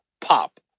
pop